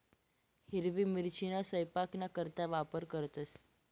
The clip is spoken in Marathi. हिरवी मिरचीना सयपाकना करता वापर करतंस